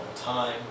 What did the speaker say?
time